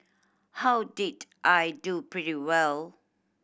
how did I do pretty well